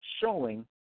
showing